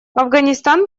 афганистан